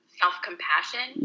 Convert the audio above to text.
self-compassion